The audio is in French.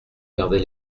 garder